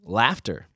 laughter